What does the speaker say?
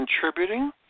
contributing